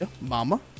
Mama